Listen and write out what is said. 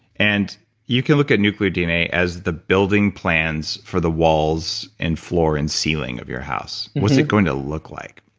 and you can look at nuclear dna as the building plans for the walls, and floor, and ceiling of your house. what's it going to look like?